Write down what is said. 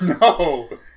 No